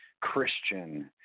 Christian